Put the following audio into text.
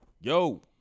Yo